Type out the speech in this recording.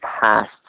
past